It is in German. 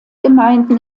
gemeinden